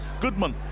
Goodman